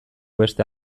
beste